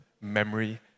memory